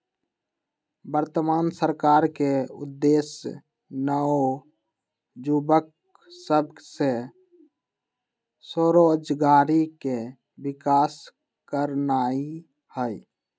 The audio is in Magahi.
वर्तमान सरकार के उद्देश्य नओ जुबक सभ में स्वरोजगारी के विकास करनाई हई